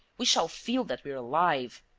we shall feel that we're alive!